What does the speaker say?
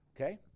Okay